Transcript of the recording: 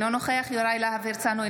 אינו נוכח יוראי להב הרצנו,